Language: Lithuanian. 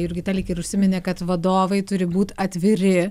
jurgita lyg ir užsiminė kad vadovai turi būt atviri